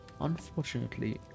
Unfortunately